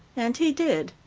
and he did.